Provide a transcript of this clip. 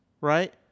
Right